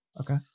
Okay